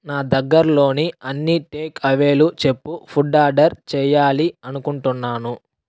నా దగ్గరలోని అన్ని టేక్ అవేలు చెప్పు ఫుడ్ ఆర్డర్ చెయ్యాలి అనుకుంటున్నాను